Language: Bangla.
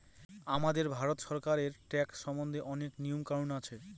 আমাদের ভারত সরকারের ট্যাক্স সম্বন্ধে অনেক নিয়ম কানুন আছে